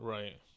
Right